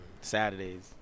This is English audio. Saturdays